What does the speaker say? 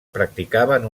practicaven